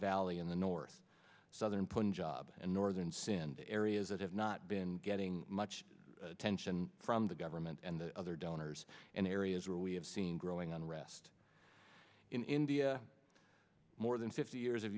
valley in the north southern punjab and northern sindh areas that have not been getting much attention from the government and other donors in areas where we have seen growing unrest in india more than fifty years of